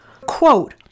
Quote